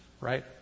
right